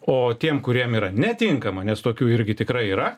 o tiem kuriem yra netinkama nes tokių irgi tikrai yra